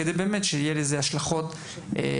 כדי שבסופו של דבר יהיו לזה השלכות אמיתיות.